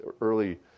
Early